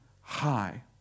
high